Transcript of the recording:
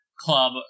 club